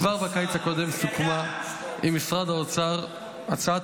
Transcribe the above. כבר בקיץ הקודם סוכמה עם משרד האוצר הצעת